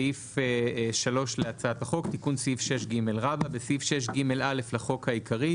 סעיף 3 להצעת החוק תיקון סעיף 6ג3.בסעיף 6ג(א) לחוק העיקרי,